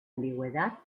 ambigüedad